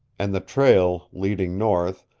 and the trail, leading north,